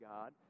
God